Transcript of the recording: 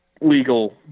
legal